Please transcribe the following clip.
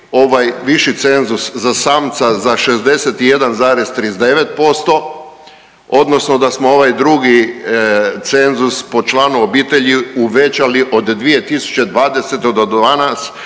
viši cenzus za samca za 61,39% odnosno da smo ovaj drugi cenzus po članu obitelji uvećali od 2020. do